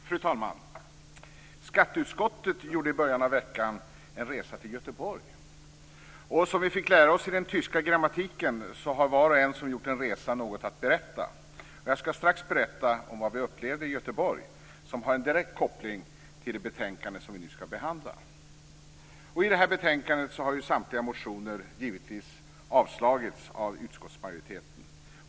Fru talman! Skatteutskottet gjorde i början av veckan en resa till Göteborg, och som vi fick lära oss i den tyska grammatiken så har var och en som har gjort en resa något att berätta, och jag skall strax berätta vad vi upplevde i Göteborg som har en direkt koppling till det betänkande som vi nu skall behandla. I detta betänkande har samtliga motioner givetvis avstyrkts av utskottsmajoriteten.